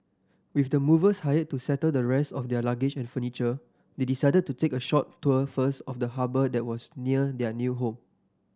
with the movers hired to settle the rest of their luggage and furniture they decided to take a short tour first of the harbour that was near their new home